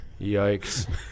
Yikes